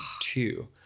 two